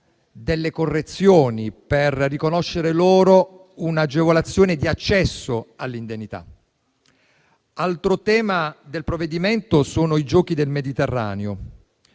delle correzioni, per riconoscere loro un'agevolazione di accesso all'indennità. Altro tema del provvedimento sono i Giochi del Mediterraneo.